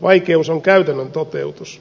vaikeus on käytännön toteutus